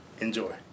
Enjoy